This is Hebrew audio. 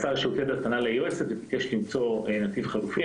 לכן השר לשירותי דת פנה ליועצת וביקש למצוא נתיב חלופי.